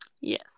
Yes